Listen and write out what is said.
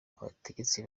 abategetsi